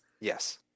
Yes